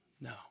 No